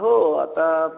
हो आता